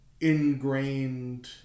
ingrained